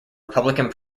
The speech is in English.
republican